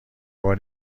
بار